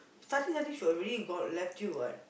starting starting she really got left you what